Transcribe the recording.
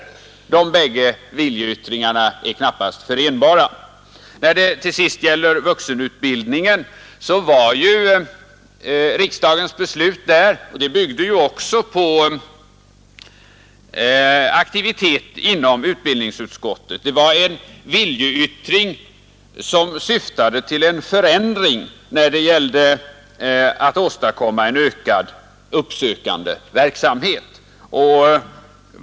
Dessa båda viljeyttringar är knappast möjliga att förena, När det till sist gäller vuxenutbildningen kan sägas att riksdagens beslut byggde på en aktion inom utbildningsutskottet. Det var en viljeyttring, som syftade till en förändring då det gällde att åstadkomma en ökad uppsökande verksamhet.